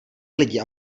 lidi